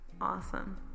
awesome